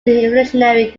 evolutionary